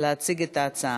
להציג את ההצעה.